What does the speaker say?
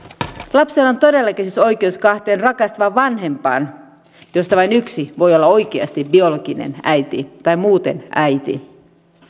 lapsella on todellakin siis oikeus kahteen rakastavaan vanhempaan joista vain yksi voi olla oikeasti biologinen äiti tai muuten äiti